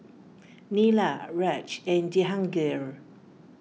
Neila Raj and Jehangirr